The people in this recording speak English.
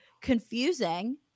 confusing